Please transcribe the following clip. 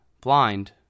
blind